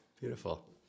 Beautiful